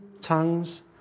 tongues